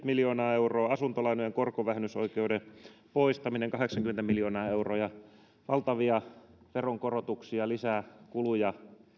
miljoonaa euroa asuntolainojen korkovähennysoikeuden poistaminen kahdeksankymmentä miljoonaa euroa valtavia veronkorotuksia ja lisää kuluja